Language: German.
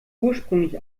ursprünglich